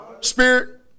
Spirit